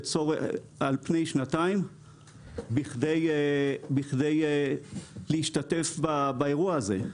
על פני שנתיים בכדי להשתתף באירוע הזה.